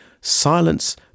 Silence